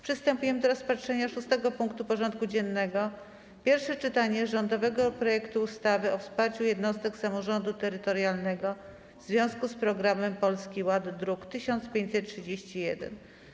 Przystępujemy do rozpatrzenia punktu 6. porządku dziennego: Pierwsze czytanie rządowego projektu ustawy o wsparciu jednostek samorządu terytorialnego w związku z Programem Polski Ład (druk nr 1531)